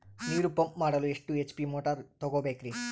ನೀರು ಪಂಪ್ ಮಾಡಲು ಎಷ್ಟು ಎಚ್.ಪಿ ಮೋಟಾರ್ ತಗೊಬೇಕ್ರಿ?